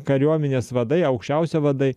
kariuomenės vadai aukščiausi vadai